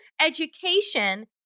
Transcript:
Education